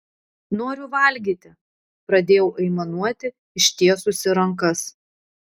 noriu valgyti pradėjau aimanuoti ištiesusi rankas